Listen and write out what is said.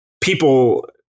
people